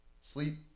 sleep